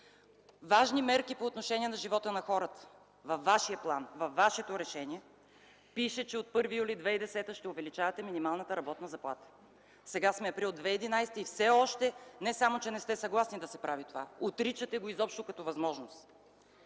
Важни мерки по отношение живота на хората – във вашия план, във вашето решение пише, че от 1 юли 2010 г. ще увеличавате минималната работна заплата. Сега е април 2011 г. и все още не само че не сте съгласни да се прави това, но го отричате изобщо като възможност.